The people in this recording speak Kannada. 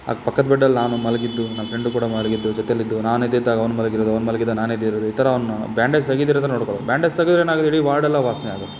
ಅದು ಪಕ್ಕದ ಬೆಡ್ಡಲ್ಲಿ ನಾನು ಮಲಗಿದ್ದು ನನ್ನ ಫ್ರೆಂಡು ಕೂಡ ಮಲಗಿದ್ದು ಜೊತೆಯಲಿದ್ದು ನಾನು ಎದ್ದಿದ್ದಾಗ ಅವ್ನು ಮಲ್ಗಿರೋದು ಅವ್ನು ಮಲ್ಗಿದ್ದಾಗ ನಾನು ಎದ್ದಿರೋದು ಈ ಥರ ಅವನ ಬ್ಯಾಂಡೇಝ್ ತೆಗೀದಿರೋ ಥರ ನೋಡ್ಕೋಬೇಕು ಬ್ಯಾಂಡೇಜ್ ತೆಗೆದ್ರ್ ಏನಾಗತ್ತೆ ಇಡೀ ವಾರ್ಡೆಲ್ಲ ವಾಸನೆ ಆಗೋದು